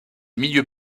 milieux